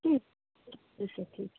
ठीक